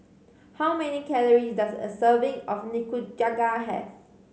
how many calories does a serving of Nikujaga have